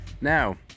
Now